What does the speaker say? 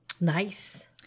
Nice